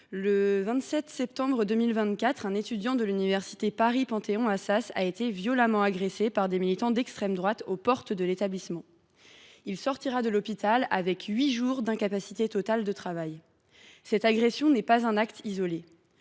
le 27 septembre 2024, un étudiant de l’université Paris Panthéon Assas a été violemment agressé par des militants d’extrême droite aux portes de cet établissement. Il sortira de l’hôpital avec huit jours d’incapacité totale de travail (ITT). Cette agression n’est pas un acte isolé.